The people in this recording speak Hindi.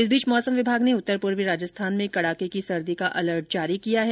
इस बीच मौसम विभाग ने उत्तर पूर्वी राजस्थान में कड़ाके की सर्दी का अलर्ट जारी किया हैं